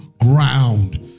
ground